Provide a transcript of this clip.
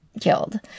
killed